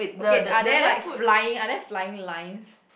okay are there like flying are there flying lines